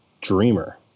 Dreamer